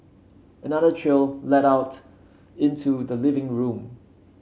another trail led out into the living room